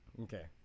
okay